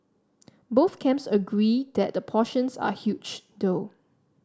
both camps agree that the portions are huge though